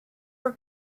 are